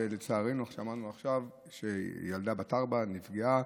ולצערנו שמענו עכשיו שילדה בת ארבע נפגעה.